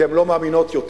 כי הן לא מאמינות יותר.